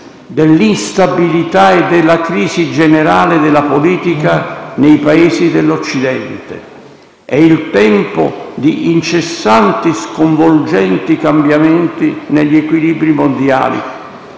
dell'instabilità e della crisi generale della politica nei Paesi dell'Occidente; è il tempo di incessanti, sconvolgenti cambiamenti negli equilibri mondiali;